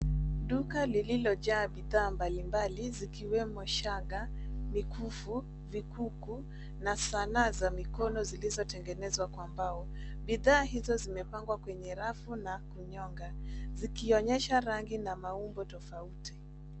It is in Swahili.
Duka lililojaa bidhaa mbalimbali zikiwemo shanga, mikufu, vikuku na sanaa za mikono zilizotengenezwa kwa mbao. Bidhaa hizo zimepangwa kwenye rafu na kunyonga zikionyesha rangi na maumbo tofauti.